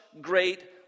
great